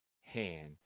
hand